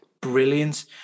brilliant